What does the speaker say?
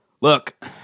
Look